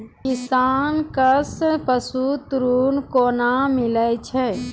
किसान कऽ पसु ऋण कोना मिलै छै?